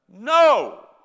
No